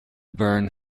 burn